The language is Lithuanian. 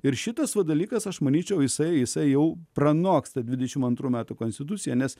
ir šitas va dalykas aš manyčiau jisai jau pranoksta dvidešim antrų metų konstituciją nes